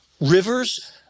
rivers